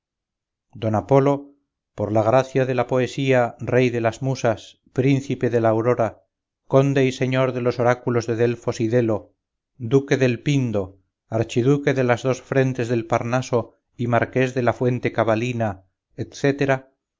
don apolo por la gracia de la poesía rey de las musas príncipe de la aurora conde y señor de los oráculos de delfos y delo duque del pindo archiduque de las dos frentes del parnaso y marqués de la fuente